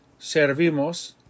servimos